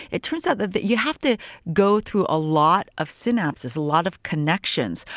it turns out that that you have to go through a lot of synapses, a lot of connections,